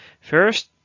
First